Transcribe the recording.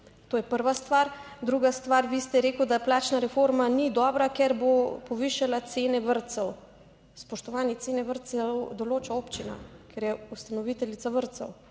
To je prva stvar. Druga stvar, vi ste rekel, da plačna reforma ni dobra, ker bo povišala cene vrtcev. Spoštovani, cene vrtcev določa občina, ker je ustanoviteljica vrtcev,